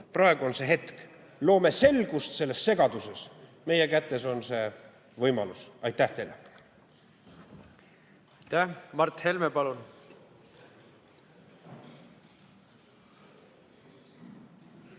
Praegu on see hetk. Loome selgust selles segaduses, meie kätes on see võimalus! Aitäh teile!